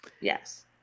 Yes